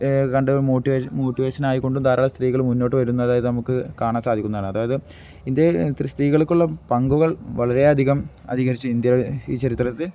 കണ്ടു motivation motivation ആയിക്കൊണ്ടും ധാരാളം സ്ത്രീകൾ മുന്നോട്ട് വരുന്ന അതായത് നമുക്ക് കാണാൻ സാധിക്കുന്നതാണ് അതായത് ഇന്ത്യയിൽ സ്ത്രീകൾക്കുള്ള പങ്കുകൾ വളരെയധികം അധികരിച്ചു ഇന്ത്യയുടെ ഈ ചരിത്രത്തിൽ